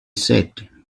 said